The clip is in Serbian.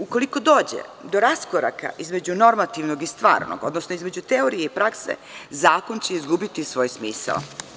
Ukoliko dođe do raskoraka između normativnom i stvarnog, odnosno između teorije i prakse, zakon će izgubiti svoj smisao.